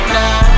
now